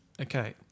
Okay